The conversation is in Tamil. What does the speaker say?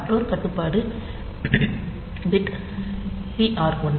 மற்றொரு கட்டுப்பாட்டு பிட் டிஆர் ஒன்று